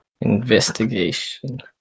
investigation